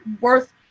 worth